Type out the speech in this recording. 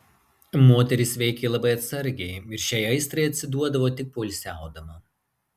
moteris veikė labai atsargiai ir šiai aistrai atsiduodavo tik poilsiaudama